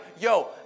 yo